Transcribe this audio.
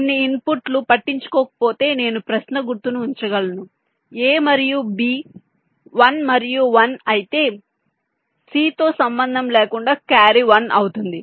కొన్ని ఇన్పుట్లు పట్టించుకోకపోతే నేను ప్రశ్న గుర్తును ఉంచగలను a మరియు b 1 మరియు 1 అయితే c తో సంబంధం లేకుండా క్యారీ 1 అవుతుంది